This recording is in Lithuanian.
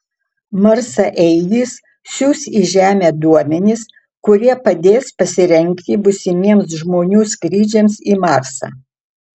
marsaeigis siųs į žemę duomenis kurie padės pasirengti būsimiems žmonių skrydžiams į marsą